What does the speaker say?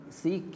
see